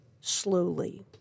slowly